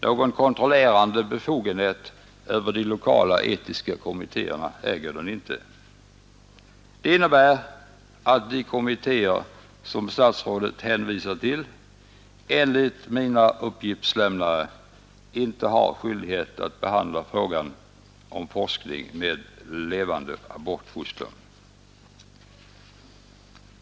Någon kontrollerande befogenhet över de lokala etiska kommittéerna äger den inte. Det innebär att de kommittéer, som statsrådet hänvisar till, enligt mina uppgiftslämnare inte har skyldighet att behandla frågan om forskning med levande abortfoster.